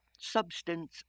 substance